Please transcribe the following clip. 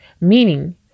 meaning